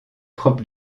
propre